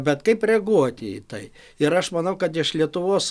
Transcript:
bet kaip reaguoti į tai ir aš manau kad iš lietuvos